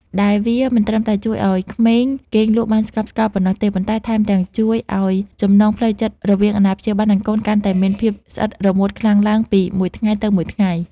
ដែលវាមិនត្រឹមតែជួយឱ្យក្មេងគេងលក់បានស្កប់ស្កល់ប៉ុណ្ណោះទេ ប៉ុន្តែថែមទាំងជួយឱ្យចំណងផ្លូវចិត្តរវាងអាណាព្យាបាល និងកូនកាន់តែមានភាពស្អិតរមួតខ្លាំងឡើងពីមួយថ្ងៃទៅមួយថ្ងៃ។